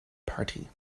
party